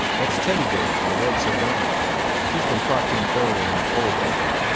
that's teddy bear by red sovine this one clocked in third on our poll by the way.